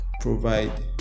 provide